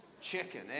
chicken